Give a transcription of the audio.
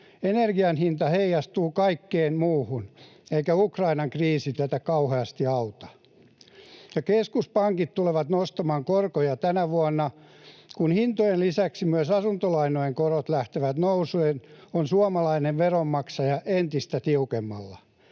Energian hinta heijastuu kaikkeen muuhun, eikä Ukrainan kriisi tätä kauheasti auta. Ja keskuspankit tulevat nostamaan korkoja tänä vuonna. Kun hintojen lisäksi myös asuntolainojen korot lähtevät nousuun, on suomalainen veronmaksaja entistä tiukemmalla,